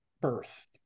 birth